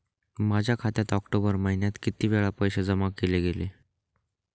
माझ्या खात्यात ऑक्टोबर महिन्यात किती वेळा पैसे जमा केले गेले?